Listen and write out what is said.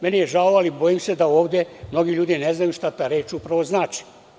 Meni je žao ali bojim se da ovde mnogi ljudi ne znaju šta ta reč upravo znači.